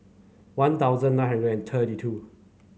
One Thousand nine hundred and thirty two